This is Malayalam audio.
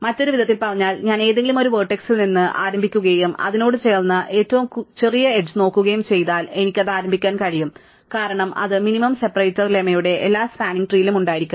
മറ്റൊരു വിധത്തിൽ പറഞ്ഞാൽ ഞാൻ ഏതെങ്കിലുമൊരു വെർട്ടെക്സ്ൽ നിന്ന് ആരംഭിക്കുകയും അതിനോട് ചേർന്ന ഏറ്റവും ചെറിയ എഡ്ജ് നോക്കുകയും ചെയ്താൽ എനിക്ക് അത് ആരംഭിക്കാൻ കഴിയും കാരണം അത് മിനിമം സെപ്പറേറ്റർ ലെമ്മയുടെ എല്ലാ സ്പാനിങ് ട്രീലും ഉണ്ടായിരിക്കണം